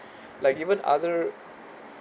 like even other